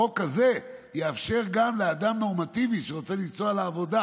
החוק הזה יאפשר גם לאדם נורמטיבי שרוצה לנסוע לעבודה